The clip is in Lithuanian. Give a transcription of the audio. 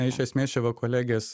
na iš esmės čia va kolegės